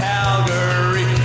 Calgary